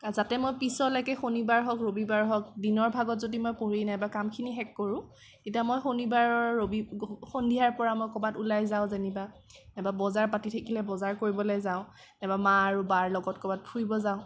যাতে মই পিছৰলৈকে শনিবাৰ হওঁক ৰবিবাৰ হওঁক দিনৰ ভাগত যদি মই পঢ়ি নাইবা কামখিনি শেষ কৰোঁ তেতিয়া মই শনিবাৰৰ ৰবিবাৰৰ সন্ধিয়াৰ পৰা মই ক'ৰবাত ওলাই যাওঁ যেনিবা নাইবা বজাৰ পাতি থাকিলে বজাৰ কৰিবলৈ যাওঁ নাইবা মা আৰু বাৰ লগত ক'ৰবাত ফুৰিব যাওঁ